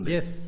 Yes